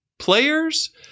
Players